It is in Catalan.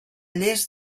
lles